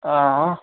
हां